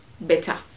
better